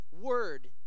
word